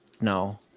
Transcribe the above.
No